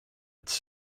its